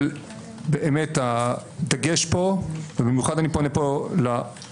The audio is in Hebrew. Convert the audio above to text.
אבל באמת הדגש פה, ובמיוחד אני פונה פה לפרקליטות,